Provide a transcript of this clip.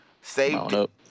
saved